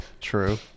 True